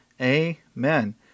Amen